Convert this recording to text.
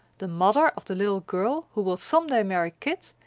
the mother of the little girl who will some day marry kit,